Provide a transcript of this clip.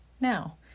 Now